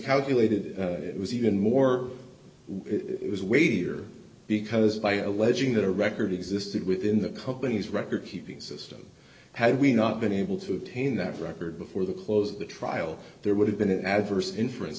calculated it was even more it was way here because by alleging that a record existed within the company's recordkeeping system had we not been able to obtain that record before the close of the trial there would have been an adverse inference